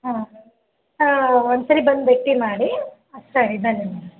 ಹಾಂ ಒಂದು ಸರ್ತಿ ಬಂದು ಭೇಟಿ ಮಾಡಿ ಹಾಂ ಸರಿ ಧನ್ಯವಾದ